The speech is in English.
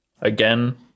Again